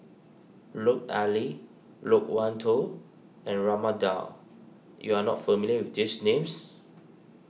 Lut Ali Loke Wan Tho and Raman Daud you are not familiar with these names